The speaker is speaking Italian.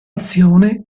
azione